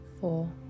four